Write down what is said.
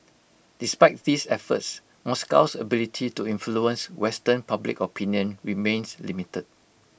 despite these efforts Moscow's ability to influence western public opinion remains limited